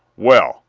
well,